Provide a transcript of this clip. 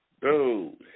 dude